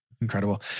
Incredible